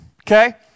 Okay